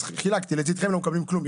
אז חילקתי: לצידכם לא מקבלים כלום,